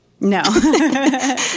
No